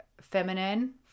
feminine